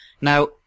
Now